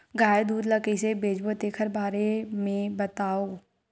गाय दूध ल कइसे बेचबो तेखर बारे में बताओ?